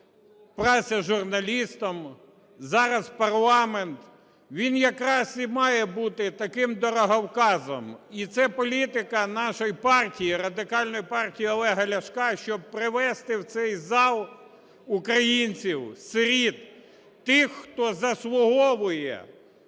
праця журналістом, зараз парламент, - він якраз і має бути таким дороговказом. І це політика нашої партії, Радикальної партії Олега Ляшка, щоб привести в цей зал українців, сиріт, тих, хто заслуговує